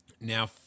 now